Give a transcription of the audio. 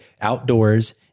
outdoors